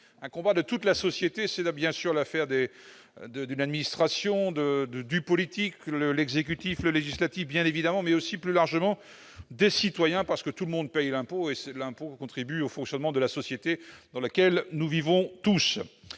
un combat de toute la société : c'est, bien sûr, l'affaire d'une administration, du politique, de l'exécutif et du législatif, mais aussi, plus largement, celle des citoyens, parce que tout le monde paye l'impôt, qui contribue au fonctionnement de la société dans laquelle nous vivons tous.